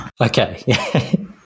Okay